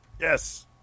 Yes